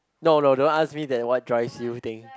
no no don't ask me that what drives you thing